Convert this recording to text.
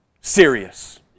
serious